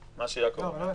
מה שיעקב אומר.